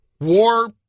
war